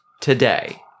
today